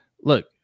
Look